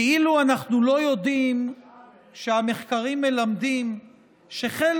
כאילו אנחנו לא יודעים שהמחקרים מלמדים שחלק